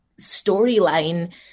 storyline